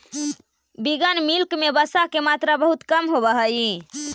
vegan milk में वसा के मात्रा बहुत कम होवऽ हइ